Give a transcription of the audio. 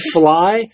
fly